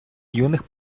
юних